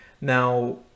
now